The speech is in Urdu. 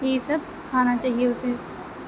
یہ سب کھانا چاہیے اسے